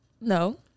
No